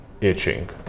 itching